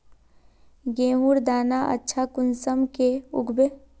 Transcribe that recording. गेहूँर दाना अच्छा कुंसम के उगबे?